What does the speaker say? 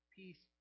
peace